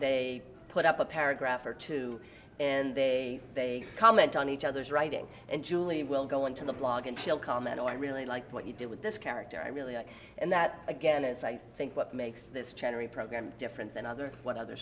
they put up a paragraph or two and they they comment on each other's writing and julie will go into the blog and she'll comment or i really like what you do with this character i really like and that again is i think what makes this chatter reprogram different than other what other